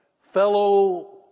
fellow